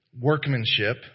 Workmanship